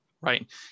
Right